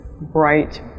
bright